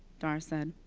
dara said.